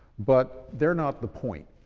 but they're not the point.